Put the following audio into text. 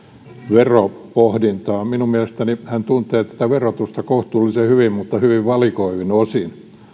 veropohdintaa minun mielestäni hän tuntee tätä verotusta kohtuullisen hyvin mutta hyvin valikoivin osin